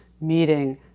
meeting